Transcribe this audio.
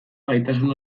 gaitasun